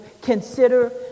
consider